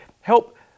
help